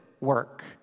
work